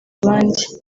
abandi